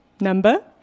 number